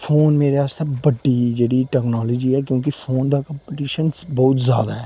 phone मेरे आसेआ बड्डी जेह्ड़ी टेक्नोलॉजी ऐ क्योंकि फोन दा कम्पीटिशन्स बहोत जादा ऐ